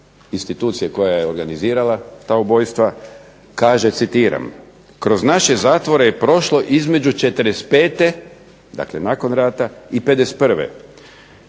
institucije koja je organizirala ta ubojstva, kaže citiram: "Kroz naše zatvore je prošlo između '45., dakle nakon rata i '51.